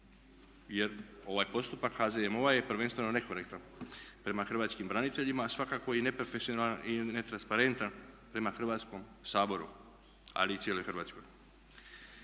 Jer ovaj postupak HZMO-a je prvenstveno nekorektan prema hrvatskim braniteljima, a svakako i neprofesionalan i netransparentan prema Hrvatskom saboru ali i cijeloj Hrvatskoj.